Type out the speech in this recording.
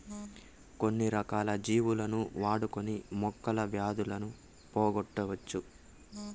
కొన్ని రకాల జీవులను వాడుకొని మొక్కలు వ్యాధులను పోగొట్టవచ్చు